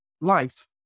life